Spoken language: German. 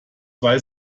zwei